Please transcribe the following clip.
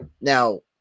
Now